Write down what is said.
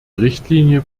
richtlinie